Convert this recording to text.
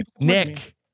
Nick